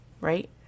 right